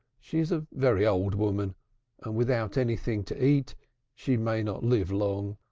she is a very old woman, and without anything to eat she may not live long.